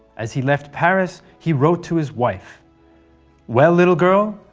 as he left paris he wrote to his wife well, little girl,